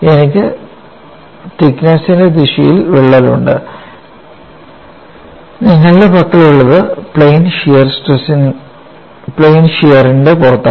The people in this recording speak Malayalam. എനിക്ക് തിക്നെസ്സ്ൻറെ ദിശയിൽ വിള്ളലുണ്ട് നിങ്ങളുടെ പക്കലുള്ളത് പ്ലെയിൻ ഷിയർ ൻറെ പുറത്താണ്